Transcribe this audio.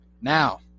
Now